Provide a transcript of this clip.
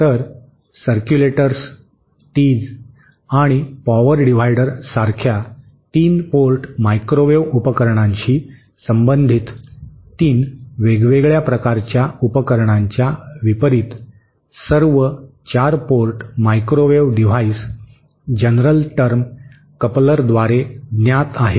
तर circulators tees आणि power divider सारख्या 3 पोर्ट मायक्रोवेव्ह उपकरणांशी संबंधित 3 वेगवेगळ्या प्रकारच्या उपकरणांच्या विपरीत सर्व 4 port microwave device general term कपलरद्वारे ज्ञात आहेत